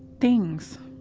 things.